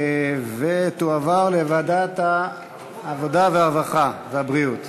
ותועבר לוועדת העבודה, הרווחה והבריאות